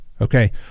okay